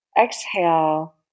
Exhale